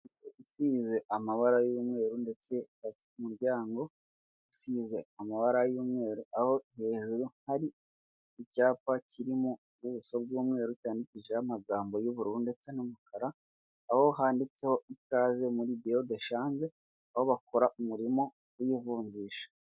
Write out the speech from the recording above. Inzu isize amabara y'umweru ndetse ikaba ifite imiryango isize amabara y'umweru, aho hejuru hari icyapa kirimo ubuso bw'mweru bwandikishijeho amagambo y'ubururu, ndetse n'umukara, aho handitseho ikaze muri Beureau de change, aho bakora umurimo w'ivunjisha.